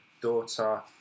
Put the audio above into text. daughter